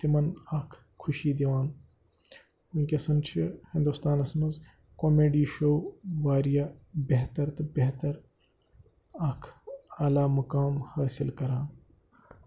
تِمَن اَکھ خوشی دِوان وٕنکٮ۪سَن چھِ ہِندُستانَس منٛز کومٮ۪ڈی شو واریاہ بہتَر تہٕ بہتَر اَکھ اعلیٰ مُقام حٲصِل کَران